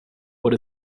what